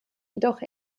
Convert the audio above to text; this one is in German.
jedoch